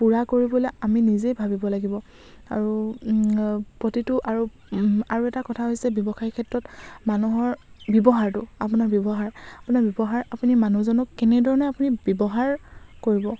পূৰা কৰিবলৈ আমি নিজেই ভাবিব লাগিব আৰু প্ৰতিটো আৰু আৰু এটা কথা হৈছে ব্যৱসায়ী ক্ষেত্ৰত মানুহৰ ব্যৱহাৰটো আপোনাৰ ব্যৱহাৰ আপোনাৰ ব্যৱহাৰ আপুনি মানুহজনক কেনেধৰণে আপুনি ব্যৱহাৰ কৰিব